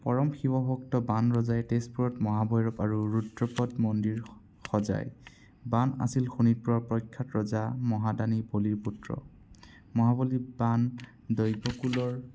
পৰম শিৱভক্ত বানৰজাই তেজপুৰত মহাভৈৰৱ আৰু ৰুদ্ৰপদ মন্দিৰ সজায় বান আছিল শোণিতপুৰৰ প্ৰখ্যাত ৰজা আৰু মহাদানী পুলিৰ পুত্ৰ মহাৱলী প্ৰাণ দৈব্যকুলৰ